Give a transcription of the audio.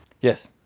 Yes